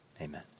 Amen